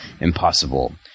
impossible